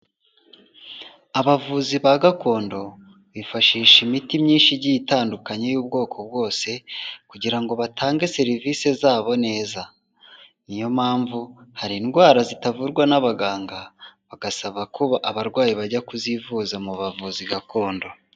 Abavuzi ba gakondo, bifashisha imiti myinshi igiye itandukanye y'ubwoko bwose, kugira ngo batange serivisi zabo neza. Ni yo mpamvu hari indwara zitavurwa n'abaganga, bagasaba ko abarwayi bajya kuzivuza mu bavuzi gakondo.